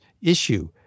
issue